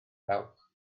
dawch